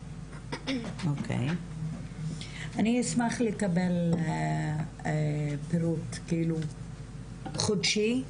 אוקי, אני אשמח לקבל פירוט, חודשי,